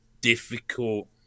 difficult